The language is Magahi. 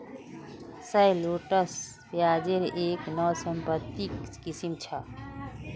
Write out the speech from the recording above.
शैलोट्स प्याज़ेर एक वानस्पतिक किस्म छ